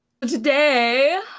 Today